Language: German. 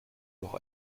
noch